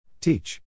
Teach